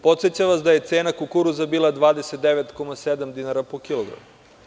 Podsećam vas da je cena kukuruza bila 29,7 dinara po kilogramu.